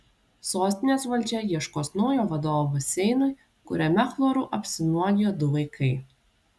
sostinės valdžia ieškos naujo vadovo baseinui kuriame chloru apsinuodijo du vaikai